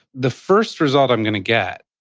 the first result i'm gonna get,